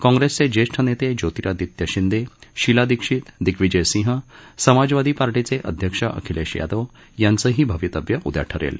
काँप्रेसचे ज्येष्ठ नेते ज्योतिरादित्य शिंदे शीला दीक्षित दिग्विजय सिंह समाजवादी पार्टीचे अध्यक्ष अखिलेश यादव यांचंही भवितव्य उद्या ठरेल